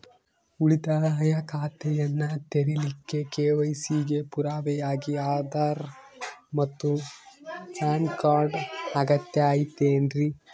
ಉಳಿತಾಯ ಖಾತೆಯನ್ನ ತೆರಿಲಿಕ್ಕೆ ಕೆ.ವೈ.ಸಿ ಗೆ ಪುರಾವೆಯಾಗಿ ಆಧಾರ್ ಮತ್ತು ಪ್ಯಾನ್ ಕಾರ್ಡ್ ಅಗತ್ಯ ಐತೇನ್ರಿ?